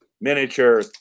miniature